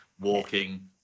walking